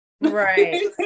right